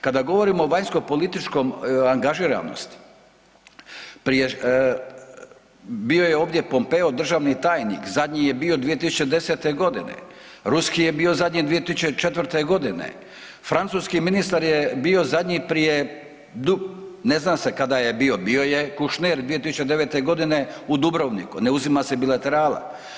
Kada govorimo o vanjskopolitičkoj angažiranosti, prije bio je ovdje Pompeo državni tajnik, zadnji je bio 2010. godine, ruski je bio zadnji 2004. godine, francuski ministar je bio zadnji prije, ne zna se kada je bio, bio Kušner 2009. godine u Dubrovniku, ne uzima se bilaterala.